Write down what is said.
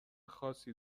خاصی